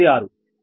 96